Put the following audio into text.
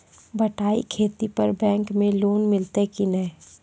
बटाई खेती पर बैंक मे लोन मिलतै कि नैय?